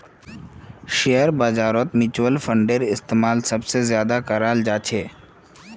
share बाजारत mutual फंडेर इस्तेमाल सबसे ज्यादा कराल जा छे